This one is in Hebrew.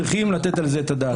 צריכים לתת על זה את הדעת.